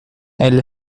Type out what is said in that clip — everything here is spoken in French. elle